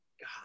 God